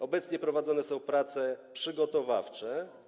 Obecnie prowadzone są prace przygotowawcze.